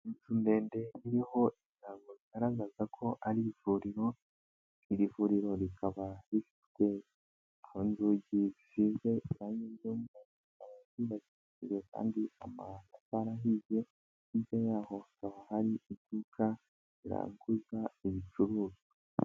Inzu ndende iriho ijambo bigaragaza ko ari ivuriro, iri vuriro rikaba rifite inzugi zisize ry'umweru, rikaba ryubakishije amatafari ahiye, hirya yaho hakaba hari iduka riranguza ibicuruzwa.